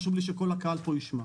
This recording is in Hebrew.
חשוב לי שכל הקהל פה ישמע.